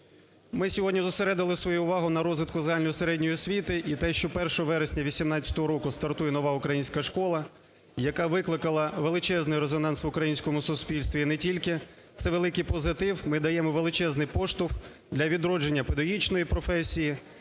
Ми сьогодні зосередили свою увагу на розвитку загальної середньої освіти. І те, що 1 вересня 18-го року стартує нова українська школа, яка викликала величезний резонанс в українському суспільстві і не тільки, це великий позитив, ми даємо величезний поштовх для відродження педагогічної професії,